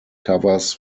covers